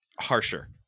harsher